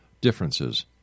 differences